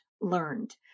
learned